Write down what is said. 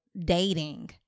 dating